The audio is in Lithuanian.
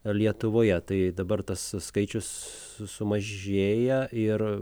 lietuvoje tai dabar tas skaičius sumažėja ir